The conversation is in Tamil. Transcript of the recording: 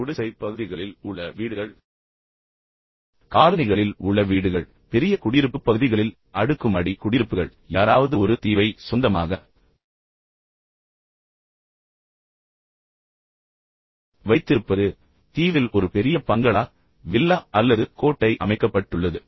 எனவே குடிசைப் பகுதிகளில் உள்ள வீடுகள் காலனிகளில் உள்ள வீடுகள் பெரிய குடியிருப்பு பகுதிகளில் அடுக்குமாடி குடியிருப்புகள் பின்னர் யாராவது ஒரு தீவை சொந்தமாக வைத்திருப்பது மற்றும் தீவில் ஒரு பெரிய பங்களா மற்றும் வில்லா அல்லது கோட்டை அமைக்கப்பட்டுள்ளது